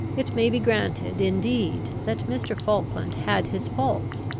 it may be granted indeed that mr. falkland had his faults,